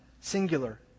singular